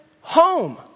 home